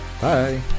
Bye